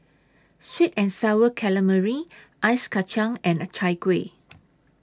Sweet and Sour Calamari Ice Kacang and Chai Kuih